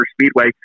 Speedway